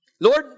Lord